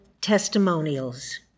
Testimonials